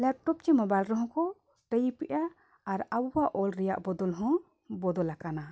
laptop ᱥᱮ mobile ᱨᱮᱦᱚᱸ ᱠᱚ ᱴᱟᱭᱤᱯ ᱮᱫᱟ ᱟᱨ ᱟᱵᱚᱣᱟᱜ ᱚᱞ ᱨᱮᱭᱟᱜ ᱵᱚᱫᱚᱞ ᱦᱚᱸ ᱵᱚᱫᱚᱞ ᱟᱠᱟᱱᱟ